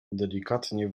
delikatnie